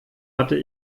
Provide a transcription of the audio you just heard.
hatte